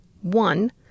One